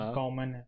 common